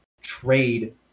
trade